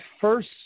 first